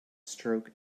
stroke